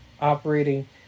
operating